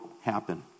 happen